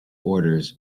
orders